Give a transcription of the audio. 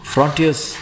Frontiers